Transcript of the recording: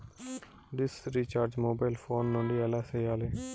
dish recharge mobile phone నుండి ఎలా సేయాలి